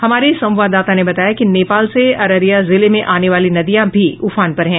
हमारे संवाददाता ने बताया कि नेपाल से अररिया जिले में आने वाली नदियां भी उफान पर है